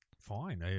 fine